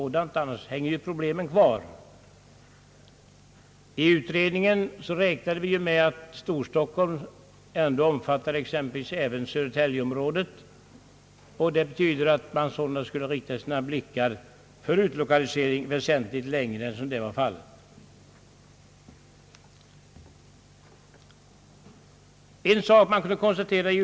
Annars kvarstår problemen. I utredningen räknades bl.a. även södertäljeområdet till Storstockholm. Det betyder att man för lokalisering utanför Stockholm måste rikta sina blickar be tydligt längre ut än vad som skett när det gäller Vattenfall.